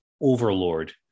overlord